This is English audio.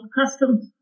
customs